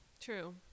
True